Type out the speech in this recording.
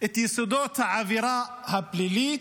את יסודות העבירה הפלילית,